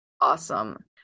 Awesome